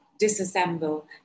disassemble